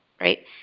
Right